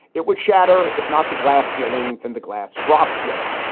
it would shatter, if not the glass ceiling fan, the glass drop ceiling.